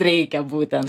reikia būtent